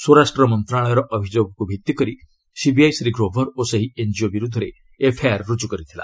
ସ୍ୱରାଷ୍ଟ୍ର ମନ୍ତ୍ରଣାଳୟର ଅଭିଯୋଗକୁ ଭିତ୍ତି କରି ସିବିଆଇ ଶ୍ରୀ ଗ୍ରୋଭର୍ ଓ ସେହି ଏନ୍ଜିଓ ବିରୁଦ୍ଧରେ ଏଫ୍ଆଇଆର୍ ରୁଜୁ କରିଥିଲା